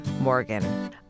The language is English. Morgan